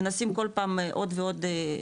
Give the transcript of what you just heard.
מנסים כל פעם עוד ועוד.